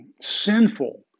sinful